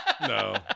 No